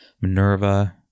Minerva